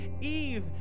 Eve